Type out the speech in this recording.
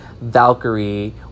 Valkyrie